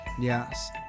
Yes